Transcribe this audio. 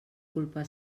culpa